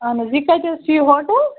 اہَن حظ یہِ کَتہِ حظ چھُ یہِ ہوٹَل